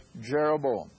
Jeroboam